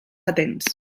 patents